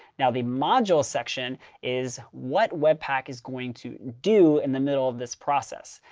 now, the module section is what webpack is going to do in the middle of this process.